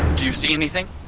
do you see anything?